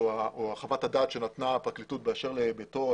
חוות הדעת שנתנה הפרקליטות באשר לביתו,